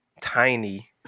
tiny